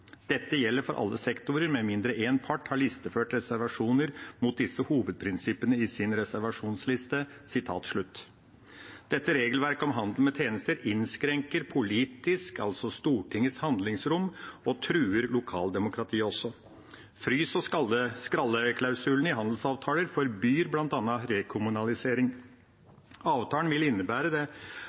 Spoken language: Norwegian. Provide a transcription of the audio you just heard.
Dette gjelder for alle sektorer, med mindre en part har listeført reservasjoner mot disse hovedprinsippene i sin reservasjonsliste.» Dette regelverket om handel med tjenester innskrenker politisk, altså Stortingets, handlingsrom og truer også lokaldemokratiet. Frys- og skralleklausulene i handelsavtaler forbyr bl.a. rekommunalisering. Avtalen vil innskrenke det